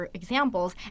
examples